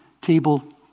table